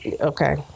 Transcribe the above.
okay